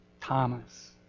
Thomas